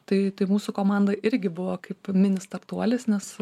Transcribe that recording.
tai tai mūsų komanda irgi buvo kaip mini startuolis nes